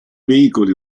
veicoli